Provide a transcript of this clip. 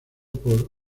por